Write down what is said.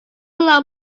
alone